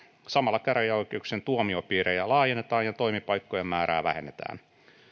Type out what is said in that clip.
samalla käräjäoikeuksien tuomiopiirejä laajennetaan ja toimipaikkojen määrää vähennetään